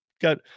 Got